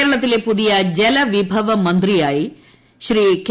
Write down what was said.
കേരളത്തിലെ പുതിയ ജലവിഭവ മന്ത്രിയായി കെ